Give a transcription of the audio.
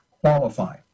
qualify